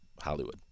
Hollywood